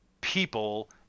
people